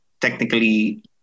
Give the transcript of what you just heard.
technically